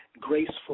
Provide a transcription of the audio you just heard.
graceful